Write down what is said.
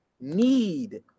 need